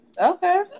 Okay